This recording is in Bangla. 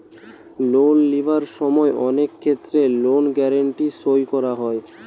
লোন লিবার সময় অনেক ক্ষেত্রে লোন গ্যারান্টি সই করা হয়